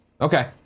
Okay